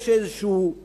יש איזה רב-שיח,